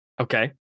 Okay